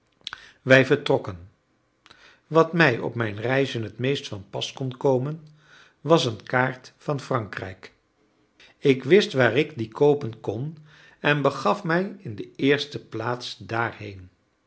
wij vertrokken wat mij op mijn reizen het meest van pas kon komen was een kaart van frankrijk ik wist waar ik die koopen kon en begaf mij in de eerste plaats daarheen